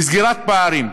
לסגירת פערים.